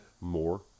more